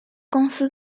公司